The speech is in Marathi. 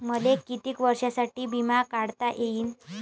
मले कितीक वर्षासाठी बिमा काढता येईन?